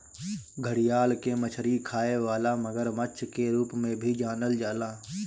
घड़ियाल के मछरी खाए वाला मगरमच्छ के रूप में भी जानल जाला